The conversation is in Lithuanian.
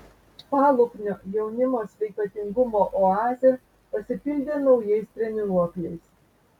paluknio jaunimo sveikatingumo oazė pasipildė naujais treniruokliais